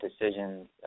decisions